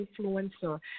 influencer